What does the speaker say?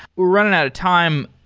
we're running out of time.